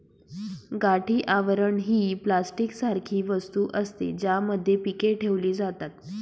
गाठी आवरण ही प्लास्टिक सारखी वस्तू असते, ज्यामध्ये पीके ठेवली जातात